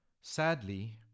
Sadly